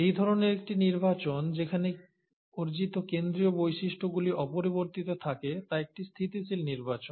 এই ধরনের একটি নির্বাচন যেখানে অর্জিত কেন্দ্রীয় বৈশিষ্ট্যগুলি অপরিবর্তিত থাকে তা একটি স্থিতিশীল নির্বাচন